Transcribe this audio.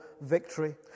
victory